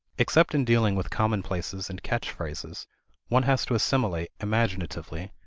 except in dealing with commonplaces and catch phrases one has to assimilate, imaginatively,